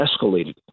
escalated